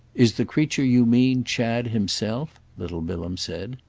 is the creature you mean chad himself? little bilham said.